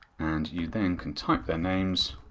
and you then can type their names